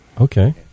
Okay